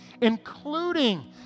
including